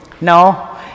No